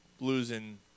losing